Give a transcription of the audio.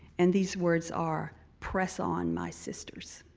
and these words are, press on, my sisters.